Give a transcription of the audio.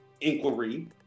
inquiry